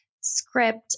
script